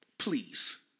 Please